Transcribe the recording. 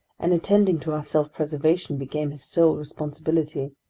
and attending to our self-preservation became his sole responsibility.